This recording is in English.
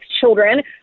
children